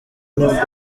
nibwo